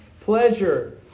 pleasure